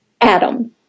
Adam